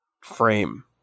frame